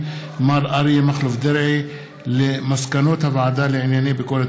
אריה מכלוף דרעי על מסקנות הוועדה לענייני ביקורת